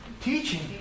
Teaching